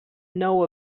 know